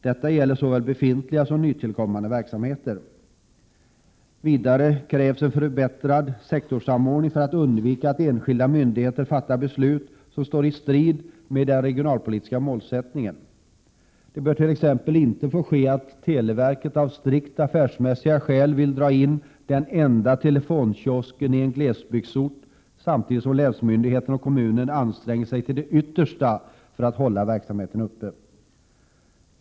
Detta gäller såväl befintliga som nytillkommande verksamheter. Vidare krävs en förbättrad sektorssamordning för att undvika att enskilda myndigheter fattar beslut som står i strid med den regionalpolitiska målsättningen. Det bör t.ex. inte få ske att televerket av strikt affärsmässiga skäl vill dra in den enda telefonkiosken i en glesbygdsort samtidigt som länsmyndigheten och kommunen anstränger sig till det yttersta för att hålla verksamheten uppe.